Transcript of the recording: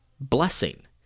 blessing